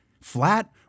flat